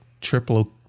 triple